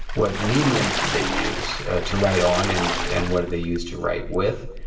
what mediums did they use to write on and and what did they use to write with?